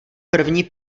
první